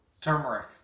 turmeric